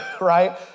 right